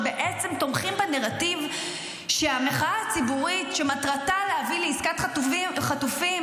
ובעצם תומכים בנרטיב שהמחאה הציבורית שמטרתה להביא לעסקת חטופים